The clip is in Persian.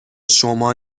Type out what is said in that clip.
شما